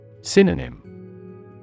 Synonym